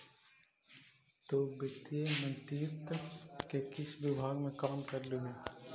तु वित्त मंत्रित्व के किस विभाग में काम करलु हे?